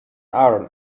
aaron